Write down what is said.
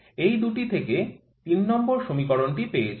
এই দুটি থেকে ৩ নম্বর সমীকরণটি পেয়েছি